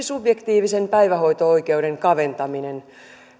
subjektiivisen päivähoito oikeuden kaventaminen